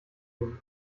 nehmen